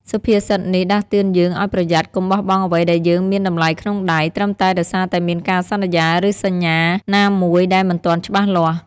សុភាសិតនេះដាស់តឿនយើងឲ្យប្រយ័ត្ន កុំបោះបង់អ្វីដែលយើងមានតម្លៃក្នុងដៃ ត្រឹមតែដោយសារតែមានការសន្យា ឬសញ្ញាណាមួយដែលមិនទាន់ច្បាស់លាស់។